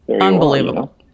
unbelievable